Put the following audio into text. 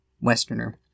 westerner